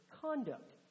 conduct